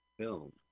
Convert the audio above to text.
film